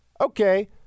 Okay